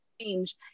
change